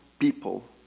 People